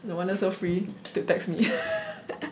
no wonder so free to text me